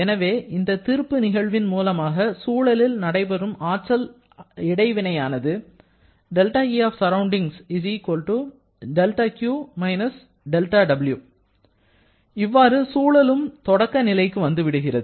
எனவே இந்த திருப்பு நிகழ்வின் மூலமாக சூழலில் நடைபெறும் ஆற்றல் இடைவினையானது இவ்வாறு சூழலும் தொடக்க நிலைக்கு வந்துவிடுகிறது